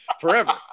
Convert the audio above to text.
forever